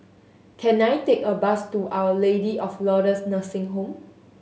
can I take a bus to Our Lady of Lourdes Nursing Home